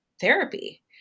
therapy